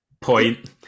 point